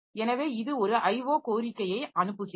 எனவே இது ஒரு IO கோரிக்கையை அனுப்புகிறது